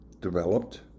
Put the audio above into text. developed